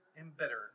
embittered